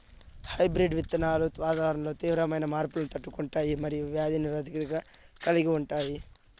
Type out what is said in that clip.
hybrid విత్తనాలు వాతావరణంలో తీవ్రమైన మార్పులను తట్టుకుంటాయి మరియు వ్యాధి నిరోధకతను కలిగి ఉంటాయి